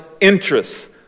interests